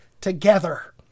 together